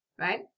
right